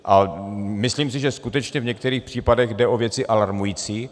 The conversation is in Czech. A myslím si, že skutečně v některých případech jde o věci alarmující.